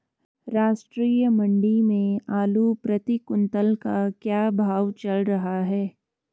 राष्ट्रीय मंडी में आलू प्रति कुन्तल का क्या भाव चल रहा है?